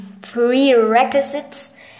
prerequisites